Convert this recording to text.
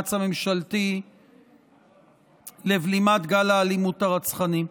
למאמץ הממשלתי לבלימת גל האלימות הרצחני.